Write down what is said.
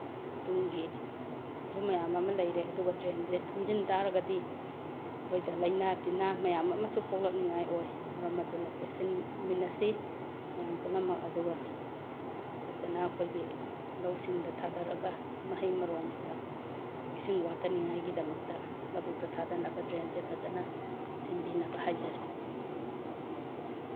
ꯇꯨꯡꯒꯤ ꯁꯨ ꯃꯌꯥꯝ ꯑꯃ ꯂꯩꯔꯦ ꯑꯗꯨꯒ ꯗ꯭ꯔꯦꯟꯁꯦ ꯊꯨꯝꯖꯤꯟ ꯇꯥꯔꯒꯗꯤ ꯑꯩꯈꯣꯏꯗ ꯂꯥꯏꯅꯥ ꯇꯤꯟꯅꯥ ꯃꯌꯥꯝ ꯑꯃꯁꯨ ꯄꯣꯛꯂꯛꯅꯤꯉꯥꯏ ꯑꯣꯏ ꯃꯔꯝ ꯑꯗꯨꯅ ꯆꯦꯟꯁꯤꯟꯃꯤꯟꯅꯁꯤ ꯃꯌꯥꯝ ꯄꯨꯝꯅꯃꯛ ꯑꯗꯨꯒ ꯐꯖꯅ ꯑꯩꯈꯣꯏꯒꯤ ꯂꯧꯁꯤꯡꯗ ꯊꯥꯗꯔꯒ ꯃꯍꯩ ꯃꯔꯣꯡꯗ ꯏꯁꯤꯡ ꯋꯥꯠꯇꯅꯤꯉꯥꯏꯒꯤꯗꯃꯛꯇ ꯂꯧꯕꯨꯛꯇ ꯊꯥꯗꯅꯕ ꯗ꯭ꯔꯦꯟꯁꯦ ꯐꯖꯅ ꯁꯦꯝꯕꯤꯅꯕ ꯍꯥꯏꯖꯔꯤ